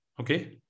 Okay